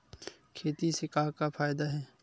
खेती से का का फ़ायदा हे?